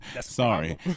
sorry